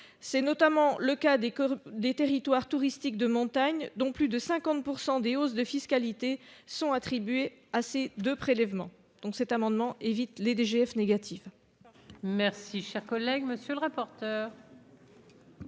c'est notamment le cas des des territoires touristiques de montagne dont plus de 50 pour 100 des hausses de fiscalité sont attribués à ces de prélèvements, donc cet amendement évite les DGF négative.